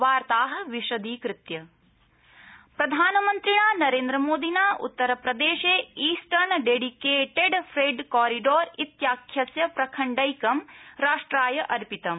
वार्ताः विशदीकृत्या E D F C Modi प्रधानमन्त्रिणा नरेन्द्रमोदिना उत्तरप्रदेशे ईस्टर्न डेडिकेटेड फ्रेट कॉरिडोर इत्याख्यस्य प्रखण्डैकम् राष्ट्राय अर्पितम्